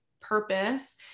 purpose